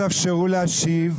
אם אתם לא תאפשרו להשיב,